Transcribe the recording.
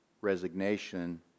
resignation